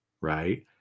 right